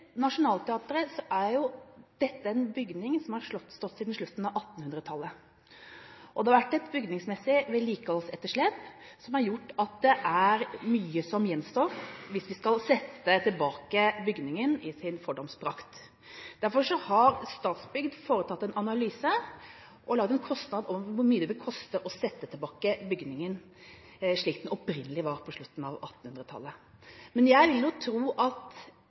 Nationaltheatret, er det en bygning som har stått siden slutten av 1800-tallet. Det har vært et bygningsmessig vedlikeholdsetterslep som har gjort at det er mye som gjenstår hvis vi skal sette bygningen tilbake i sin fordoms prakt. Derfor har Statsbygg foretatt en analyse og laget en oversikt over hvor mye det vil koste å sette bygningen tilbake slik den opprinnelig var på slutten av 1800-tallet. Men jeg vil tro at